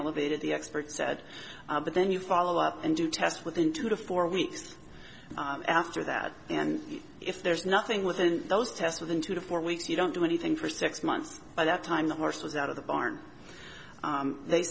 elevated the experts said but then you follow up and you test within two to four weeks after that and if there's nothing within those tests within two to four weeks you don't do anything for six months by that time the horse was out of the barn they